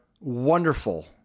wonderful